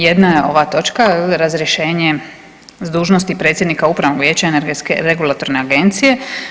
Jedna je ova točka razrješenje s dužnosti predsjednika Upravnog vijeća energetske regulatorne agencije.